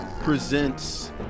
presents